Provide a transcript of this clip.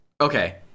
Okay